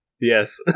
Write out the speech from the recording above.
Yes